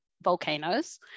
volcanoes